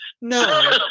No